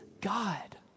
god